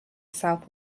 south